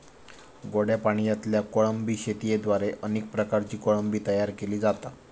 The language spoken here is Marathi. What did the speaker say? गोड्या पाणयातल्या कोळंबी शेतयेद्वारे अनेक प्रकारची कोळंबी तयार केली जाता